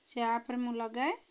ସେ ଆପ୍ରେ ମୁଁ ଲଗାଏ